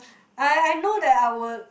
I I know that I would